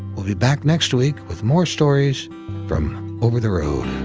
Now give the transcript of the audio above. we'll be back next week with more stories from over the road.